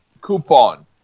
coupon